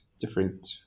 different